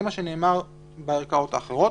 זה מה שנאמר בערכאות האחרות.